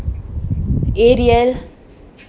arial